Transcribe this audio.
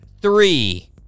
three